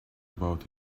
about